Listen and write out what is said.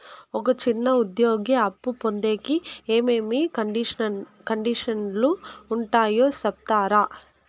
ఒక చిన్న ఉద్యోగి అప్పు పొందేకి ఏమేమి కండిషన్లు ఉంటాయో సెప్తారా?